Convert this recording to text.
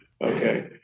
Okay